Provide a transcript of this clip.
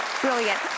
brilliant